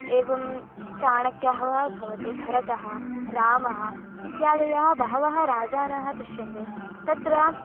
एवं चाणक्यः वा भवतु भरतः रामः इत्यादयः बहवः राजानः दृश्यन्ते तत्र